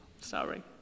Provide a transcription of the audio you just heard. Sorry